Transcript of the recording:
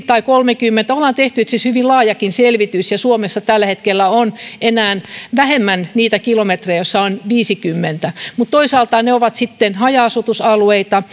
tai kolmekymmentä olemme itse asiassa tehneet siitä hyvin laajankin selvityksen ja suomessa tällä hetkellä on jo vähemmän niitä alueita joissa on viisikymmentä mutta toisaalta ne ovat sitten haja asutusalueita